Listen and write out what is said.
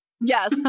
Yes